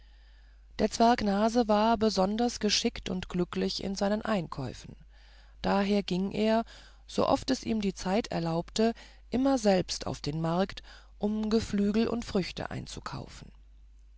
der zwerg nase war besonders geschickt und glücklich in seinen einkäufen daher ging er sooft es ihm die zeit erlaubte immer selbst auf den markt um geflügel und früchte einzukaufen